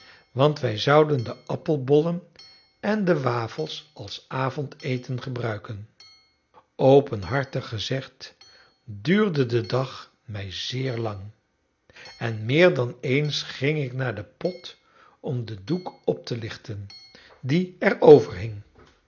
want wij zouden de appelbollen en de wafels als avondeten gebruiken openhartig gezegd duurde de dag mij zeer lang en meer dan eens ging ik naar den pot om den doek op te lichten die